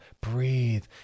breathe